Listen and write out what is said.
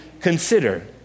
consider